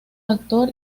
actor